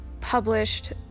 published